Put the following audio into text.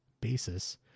basis